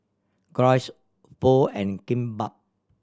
Gyros Pho and Kimbap